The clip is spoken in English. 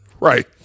Right